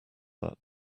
that